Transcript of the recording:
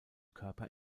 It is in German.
körper